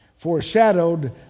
foreshadowed